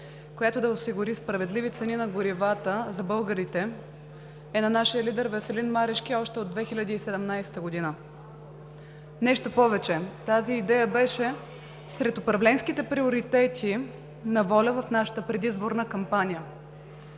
която да осигури справедливи цени на горивата за българите, е на нашия лидер Веселин Марешки още от 2017 г. Нещо повече – тази идея беше сред управленските приоритети на ВОЛЯ в нашата предизборна кампания.